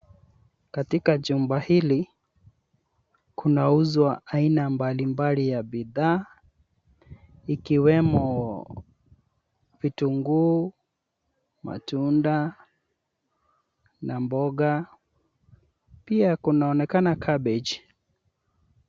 Katika jumba hili kunauzwa aina mbalimbali ya bidhaa, ikiwemo vitunguu, matunda na mboga. Pia kunaonekana cabbage .